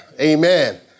Amen